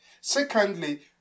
Secondly